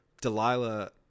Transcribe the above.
Delilah